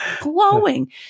glowing